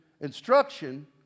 instruction